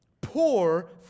poor